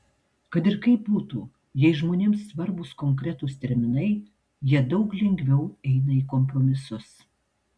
kad ir kaip būtų jei žmonėms svarbūs konkretūs terminai jie daug lengviau eina į kompromisus